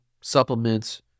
supplements